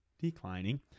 declining